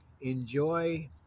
enjoy